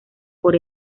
por